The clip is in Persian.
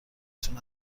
تون